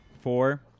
Four